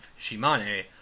Shimane